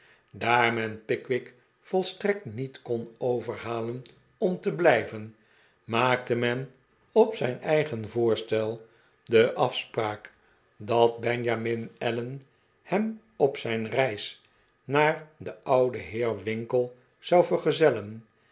daar men pickwick volstrekt niet kon overhalen om te blijven maakte men op zijn eigen voorstel de afspraak dat benjade pickwick club min allen hem op zijn reis naar den ouden heer winkle zou vergezellen